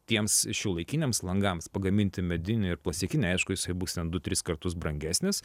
tiems šiuolaikiniams langams pagaminti mediniai ir plastikiniai aišku jisai bus ten du tris kartus brangesnis